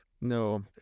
No